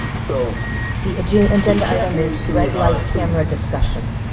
so the agenda agenda item is red light camera discussion.